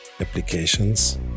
applications